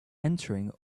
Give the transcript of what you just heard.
entering